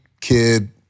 kid